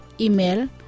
Email